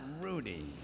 Rudy